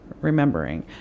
remembering